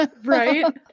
Right